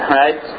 right